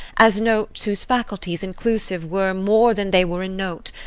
as notes whose faculties inclusive were more than they were in note.